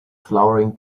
flowering